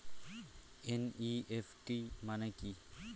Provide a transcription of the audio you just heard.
NEFT মানে কি?